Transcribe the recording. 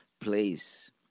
place